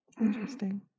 interesting